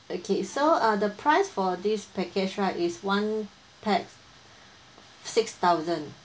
okay so uh the price for this package right is one pax six thousand